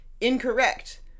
Incorrect